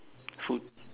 food